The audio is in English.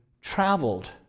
traveled